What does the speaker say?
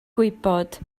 gwybod